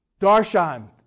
Darshan